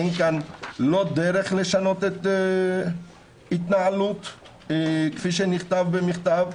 אין כאן דרך לשנות את ההתנהלות כפי שנכתב במכתב,